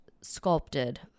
sculpted